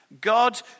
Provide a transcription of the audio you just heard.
God